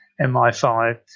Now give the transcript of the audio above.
MI5